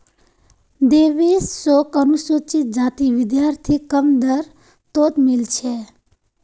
देवेश शोक अनुसूचित जाति विद्यार्थी कम दर तोत मील छे